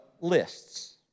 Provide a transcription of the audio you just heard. lists